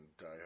Die